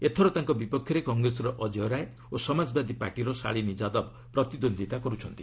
ଏଥର ତାଙ୍କ ବିପକ୍ଷରେ କଂଗ୍ରେସର ଅଜୟ ରାୟ ଓ ସମାଜବାଦୀ ପାର୍ଟିର ଶାଳିନୀ ଯାଦବ ପ୍ରତିଦ୍ୱନ୍ଦିତା କର୍ଛନ୍ତି